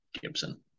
gibson